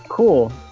Cool